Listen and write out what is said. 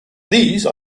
these